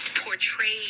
portrayed